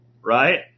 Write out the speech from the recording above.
right